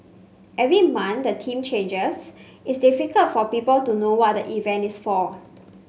every month the theme changes it's difficult for people to know what the event is for